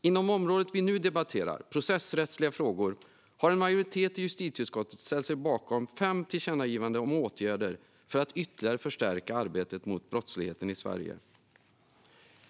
Inom området vi nu debatterar, processrättsliga frågor, har en majoritet i justitieutskottet ställt sig bakom fem tillkännagivanden om åtgärder för att ytterligare förstärka arbetet mot brottsligheten i Sverige.